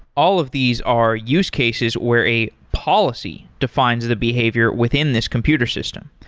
all of these are use cases where a policy defines the behavior within this computer system.